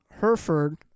Hereford